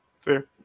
Fair